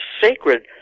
sacred